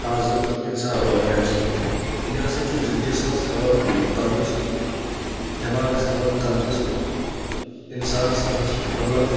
تازٕ انسان روزان اَمہِ سۭتۍ یہِ تنٛدرُستہٕ دؠماغس تھاوان تنٛدرُستہٕ انسانس ہسا چھُ قحلتھ